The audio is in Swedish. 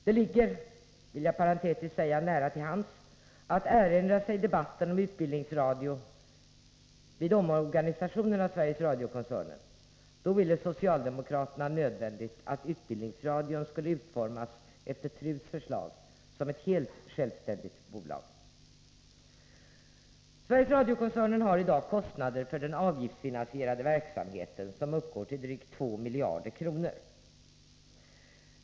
Det ligger, vill jag parentetiskt säga, nära till hands att erinra sig debatten om utbildningsradion vid omorganisationen av Sveriges Radio-koncernen. Då ville socialdemokraterna nödvändigt att utbildningsradion skulle utformas efter TRU:s förslag, som ett helt självständigt bolag. Sveriges Radio-koncernen har i dag kostnader för den avgiftsfinansierade verksamheten som uppgår till drygt 2 miljarder kronor.